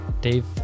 Dave